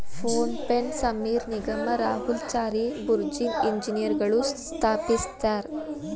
phone ಪೆನ ಸಮೇರ್ ನಿಗಮ್ ರಾಹುಲ್ ಚಾರಿ ಬುರ್ಜಿನ್ ಇಂಜಿನಿಯರ್ಗಳು ಸ್ಥಾಪಿಸ್ಯರಾ